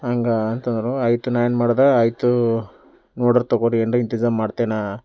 ಹಂಗ ಅಂತಂದ್ರು ಆಯ್ತು ನಾ ಏನು ಮಾಡಿದೆ ಆಯ್ತು ನೋಡ್ರಿ ತೊಗೋರಿ ಅಂದರೆ ಇಂತಜಾಮ್ ಮಾಡ್ತೇನೆ